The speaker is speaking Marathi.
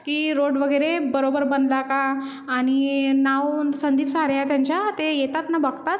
की रोड वगैरे बरोबर बनला का आणि नाव संदीप सहारे आहे त्यांच्या ते येतात न बघतात